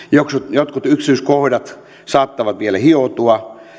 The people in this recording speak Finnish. jotkut yksityiskohdat saattavat vielä hioutua